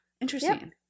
interesting